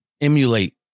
emulate